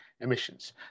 emissions